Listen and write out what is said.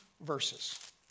verses